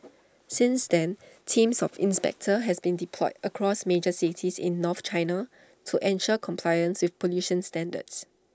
since then teams of inspectors have been deployed across major cities in north China to ensure compliance with pollution standards